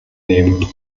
nehmen